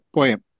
Poem